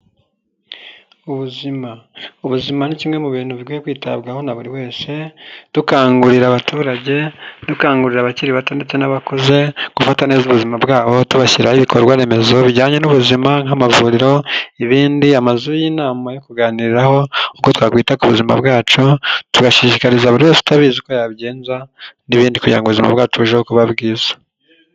Ubuzima, ubuzima ni kimwe mu bintu bikwiye kwitabwaho na buri wese, dukangurira abaturage, dukangurira abakiri bato ndetse n'abakuru gufata neza ubuzima bwabo. Tubashyiriraho ibikorwa remezo bijyanye n'ubuzima nk'amavuriro, ibindi amazu y'inama yo kuganiraho, uko twakwita ku buzima bwacu, tugashishikariza buri umwe wese utabizi uko yabigenza n'ibindi kugira ngo ubuzima bwacu burusheho kuba bwiza.